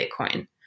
Bitcoin